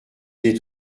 des